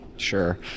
Sure